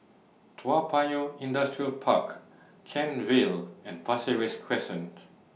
Toa Payoh Industrial Park Kent Vale and Pasir Ris Crescent